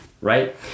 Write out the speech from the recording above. right